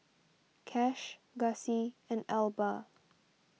Cash Gussie and Elba